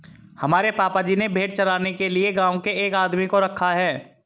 हमारे पापा जी ने भेड़ चराने के लिए गांव के एक आदमी को रखा है